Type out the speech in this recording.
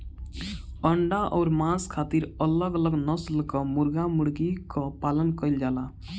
अंडा अउर मांस खातिर अलग अलग नसल कअ मुर्गा मुर्गी कअ पालन कइल जाला